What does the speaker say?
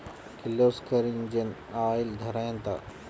Kirloskar engine oil ధర ఎంత?